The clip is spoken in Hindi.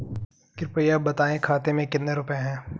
कृपया बताएं खाते में कितने रुपए हैं?